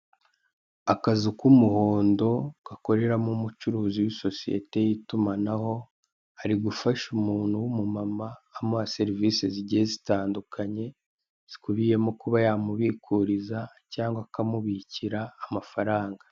Akazu k'umuhondo gakoreramo umucuruzi w'isosiyete y'itumanaho, ari gufasha umuntu w'umumama amuha serivise zigiye zitandukanye, zikubiyemo kuba yamubikuriza, cyangwa akamubikira amafaranga.